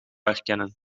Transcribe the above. herkennen